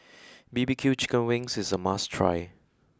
B B Q chicken wings is a must try